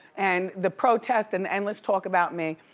and the protests and endless talk about me,